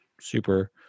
super